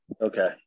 Okay